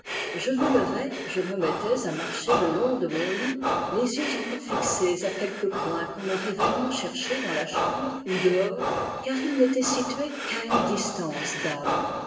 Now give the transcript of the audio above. je me levais je me mettais à marcher le long de mon lit les yeux encore fixés à quelque point qu'on aurait vainement cherché dans la chambre ou dehors car il n'était situé qu'à une distance d'âme